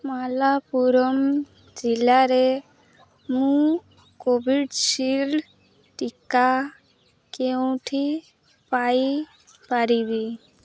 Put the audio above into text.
ମାଲାପୁରମ୍ ଜିଲ୍ଲାରେ ମୁଁ କୋଭିଶିଲ୍ଡ ଟିକା କେଉଁଠି ପାଇପାରିବି